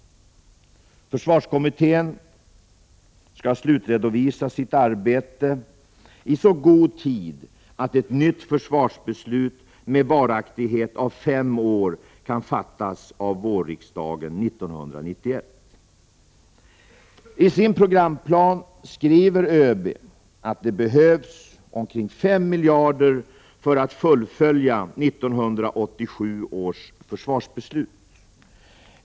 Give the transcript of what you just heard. Försvarskommittén skall slutredovisa sitt arbete i så god tid att ett nytt försvarsbeslut med varaktighet av fem år kan fattas av vårriksdagen 1991. I sin programplan skriver ÖB att det behövs omkring 5 miljarder kronor för att fullfölja 1987 års försvarsbeslut.